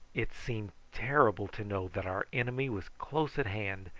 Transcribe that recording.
it seemed terrible to know that our enemy was close at hand,